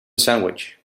sandwich